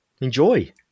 Enjoy